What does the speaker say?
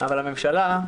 אבל הממשלה,